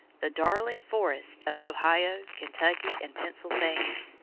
the darling forests of ohio, kentucky, and pennsylvania,